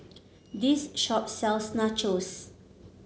this shop sells Nachos